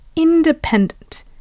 independent